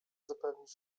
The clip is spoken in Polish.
zapewnić